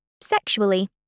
sexually